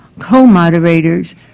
co-moderators